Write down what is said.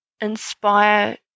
inspire